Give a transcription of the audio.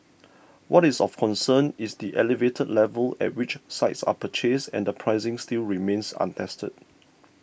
what is of concern is the elevated level at which sites are purchased and the pricing still remains untested